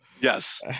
Yes